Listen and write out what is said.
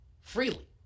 freely